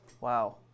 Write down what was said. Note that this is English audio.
Wow